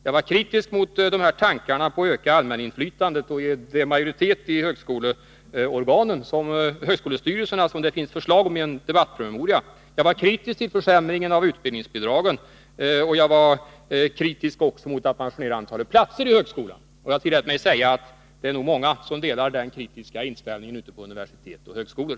Jag var kritisk mot dessa tankar på att öka allmäninflytandet och att ge det majoritet i högskolestyrelserna, som det finns förslag om i en debattpromemoria. Jag var kritisk till försämringen av utbildningsbidragen. Jag var också kritisk mot att man skär ner antalet platser i högskolan. Jag tillät mig säga att det nog är många som delar den kritiska inställningen ute på universitet och högskolor.